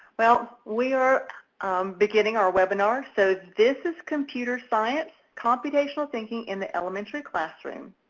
well we are beginning our webinar, so this is computer science, computational thinking in the elementary classroom.